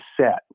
set